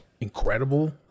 incredible